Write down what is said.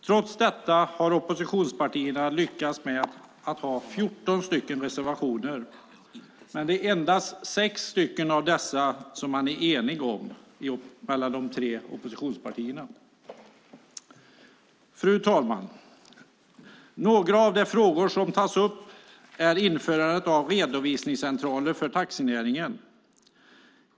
Trots detta har oppositionspartierna lyckats med att foga 14 reservationer till betänkandet, men det är i endast sex av dessa reservationer som de tre oppositionspartierna är eniga. Fru talman! Några av de frågor som tas upp gäller införandet av redovisningscentraler för taxinäringen.